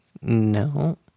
No